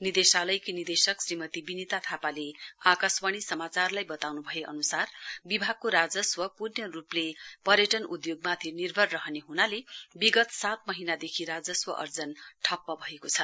निदेशालयकी निदेशक श्रीमती विनिता थापाले आकाशवाणी समाचारलाई वताउनु भए अनुसार विभागको राजस्व पूर्ण रुपले पर्यटन उद्घोगमाथि निर्भर रहने हुनाले विगत सात महीनादेखि राजस्व अर्जन ठप्प भएको छ